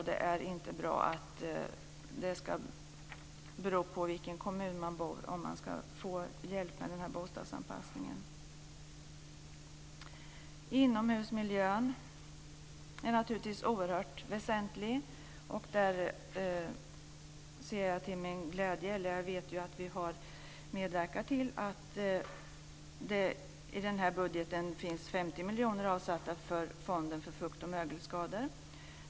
Det är inte bra att det ska bero på i vilken kommun man bor om man ska få hjälp med den här bostadsanpassningen. Inomhusmiljön är naturligtvis oerhört väsentlig. Där har vi medverkat till, vilket gläder mig, att det i den här budgeten finns 50 miljoner avsatta till Fonden för fukt och mögelskador.